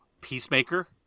peacemaker